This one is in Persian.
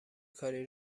کاری